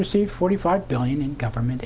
received forty five billion in government